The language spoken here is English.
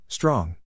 Strong